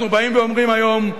אנחנו אומרים היום: